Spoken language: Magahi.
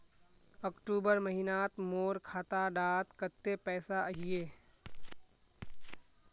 अक्टूबर महीनात मोर खाता डात कत्ते पैसा अहिये?